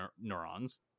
neurons